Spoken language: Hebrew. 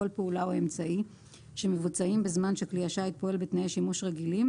כל פעולה או אמצעי שמבוצעים בזמן שכלי השיט פועל בתנאי שימוש רגילים